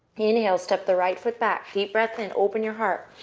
inhale, step the right foot back. deep breath in, open your heart.